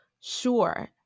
sure